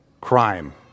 crime